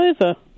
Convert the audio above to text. over